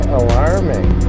alarming